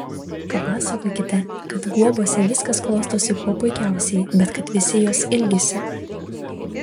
papasakokite kad guobose viskas klostosi kuo puikiausiai bet kad visi jos ilgisi